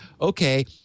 okay